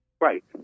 Right